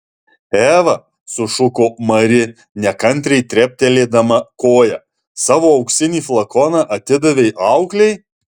eva sušuko mari nekantriai treptelėdama koja savo auksinį flakoną atidavei auklei